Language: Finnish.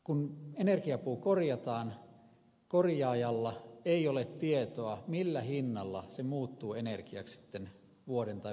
kun energiapuu korjataan korjaajalla ei ole tietoa millä hinnalla se sitten muuttuu energiaksi vuoden tai puolentoista kuluttua